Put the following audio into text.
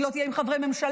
היא לא תהיה עם חברי ממשלה,